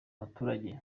baturage